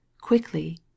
quickly